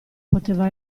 poteva